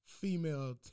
female